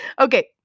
okay